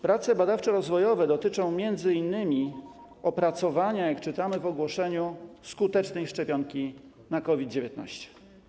Prace badawczo-rozwojowe dotyczą m.in. opracowania, jak czytamy w ogłoszeniu, skutecznej szczepionki na COVID-19.